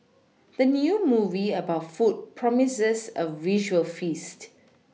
the new movie about food promises a visual feast